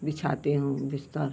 बिछाती हूँ बिस्तर